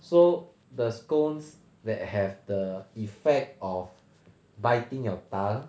so the scones that have the effect of biting your tongue